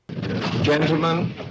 Gentlemen